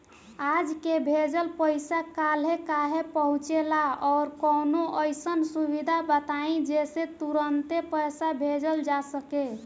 आज के भेजल पैसा कालहे काहे पहुचेला और कौनों अइसन सुविधा बताई जेसे तुरंते पैसा भेजल जा सके?